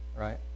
right